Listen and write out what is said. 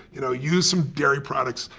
you know, use some dairy products,